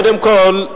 קודם כול,